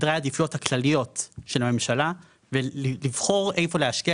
סדרי העדיפויות הכלליות של הממשלה ולבחור איפה להשקיע